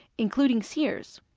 including sears.